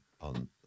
on